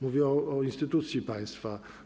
Mówię o instytucji państwa.